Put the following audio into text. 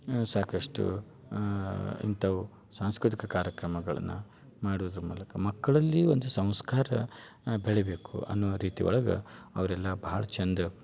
ಸಾಕಷ್ಟು ಇಂಥವು ಸಾಂಸ್ಕೃತಿಕ ಕಾರ್ಯಕ್ರಮಗಳನ್ನ ಮಾಡೋದ್ರ ಮೂಲಕ ಮಕ್ಕಳಲ್ಲಿ ಒಂದು ಸಂಸ್ಕಾರ ಬೆಳಿಬೇಕು ಅನ್ನುವ ರೀತಿ ಒಳಗೆ ಅವರೆಲ್ಲ ಭಾಳ ಚಂದ